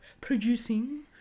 producing